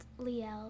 Liel